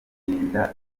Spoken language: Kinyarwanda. kugenda